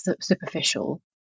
superficial